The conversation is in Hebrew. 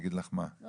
על